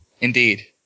Indeed